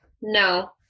No